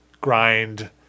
grind